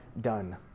done